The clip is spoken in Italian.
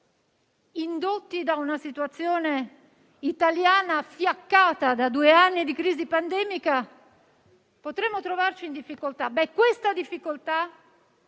indotti da una situazione italiana fiaccata da due anni di crisi pandemica, potremmo trovarci in difficoltà. Beh, dovremo